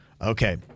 Okay